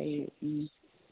হেৰি